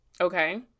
okay